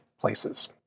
places